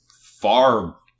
far